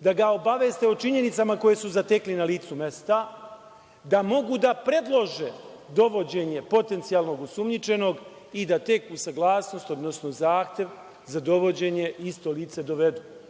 da ga obaveste o činjenicama koje su zatekli na licu mesta, da mogu da predlože dovođenje potencijalnog osumnjičenog i da tek uz saglasnost, odnosno zahtev za dovođenje isto lice dovedu.